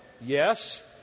Yes